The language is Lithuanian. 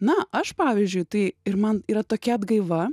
na aš pavyzdžiui tai ir man yra tokia atgaiva